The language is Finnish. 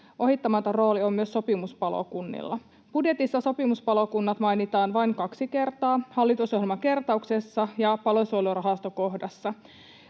ohittamaton rooli on myös sopimuspalokunnilla. Budjetissa sopimuspalokunnat mainitaan vain kaksi kertaa, hallitusohjelmakertauksessa ja Palosuojelurahasto-kohdassa.